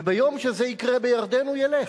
וביום שזה יקרה בירדן הוא ילך.